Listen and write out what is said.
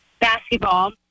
basketball